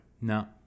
No